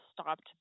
stopped